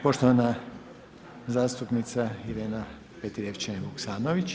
Poštovana zastupnica Irena Petrijevčanin Vuksanović.